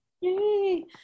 yay